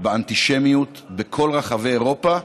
באנטישמיות בכל רחבי אירופה.